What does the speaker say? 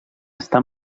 està